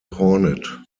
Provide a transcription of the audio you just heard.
hornet